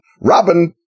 Robin